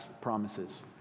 promises